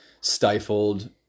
stifled